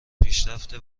پیشرفت